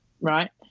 right